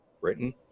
Britain